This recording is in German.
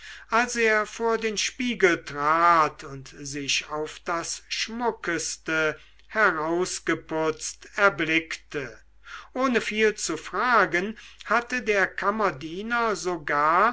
als er vor den spiegel trat und sich auf das schmuckeste herausgeputzt erblickte ohne viel zu fragen hatte der kammerdiener